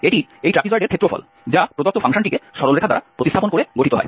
এটি এই ট্র্যাপিজয়েডের ক্ষেত্রফল যা প্রদত্ত ফাংশনটিকে সরলরেখা দ্বারা প্রতিস্থাপন করে গঠিত হয়